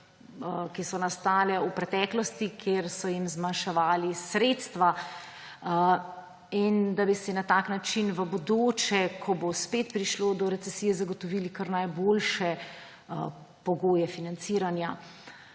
ki so nastale v preteklosti, kjer so jim zmanjševali sredstva, in da bi si na tak način v bodoče, ko bo spet prišlo do recesije, zagotovili kar najboljše pogoje financiranja.